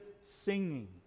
singing